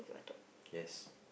yes